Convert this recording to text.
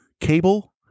cable